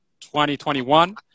2021